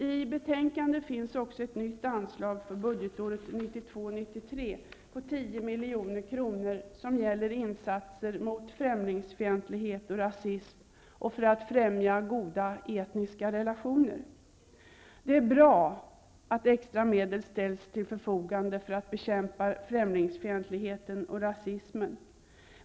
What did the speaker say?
I betänkandet föreslås också ett nytt anslag för budgetåret 1992/93 på 10 milj.kr. som gäller insatser mot främlingsfientlighet och rasism och för att främja goda etniska relationer. Det är bra att extra medel ställs till förfogande för att bekämpa främlingsfientligheten och rasismen.